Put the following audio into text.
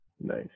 Nice